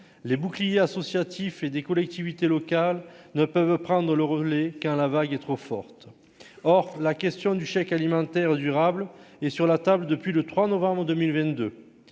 les boucliers associatifs et des collectivités locales ne peuvent prendre le relais quand la vague est trop forte, or la question du chèque alimentaire durable et sur la table depuis le 3 novembre 2022